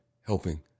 helping